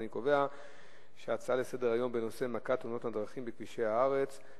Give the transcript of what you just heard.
אני קובע שההצעות לסדר-היום בנושא מכת תאונות הדרכים בכבישי הארץ,